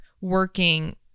working